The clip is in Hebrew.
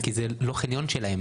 כי זה לא חניון שלהם.